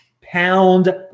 Pound